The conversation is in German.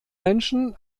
menschen